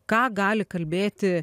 ką gali kalbėti